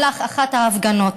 באחת ההפגנות.